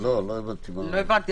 לא צריך למעשה "למעט עצור".